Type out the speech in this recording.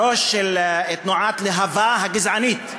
הראש של תנועת להב"ה הגזענית.